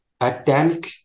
academic